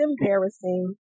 embarrassing